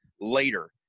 later